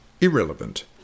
irrelevant